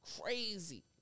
crazy